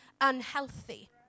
unhealthy